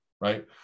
right